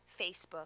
facebook